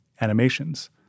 animations